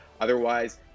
otherwise